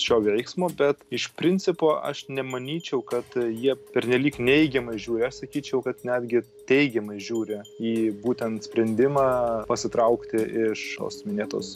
šio veiksmo bet iš principo aš nemanyčiau kad jie pernelyg neigiamai žiūri aš sakyčiau kad netgi teigiamai žiūri į būtent sprendimą pasitraukti iš tos minėtos